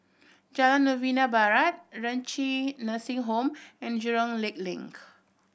Jalan Novena Barat Renci Nursing Home and Jurong Lake Link